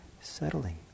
settling